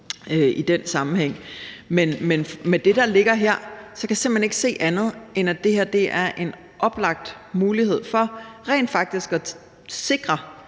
i den sammenhæng. Men med det, der ligger her, kan jeg simpelt hen ikke se andet, end at det her er en oplagt mulighed for at sikre,